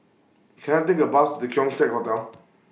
Can I Take A Bus The Keong Saik Hotel